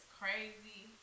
crazy